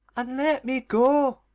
and let me go.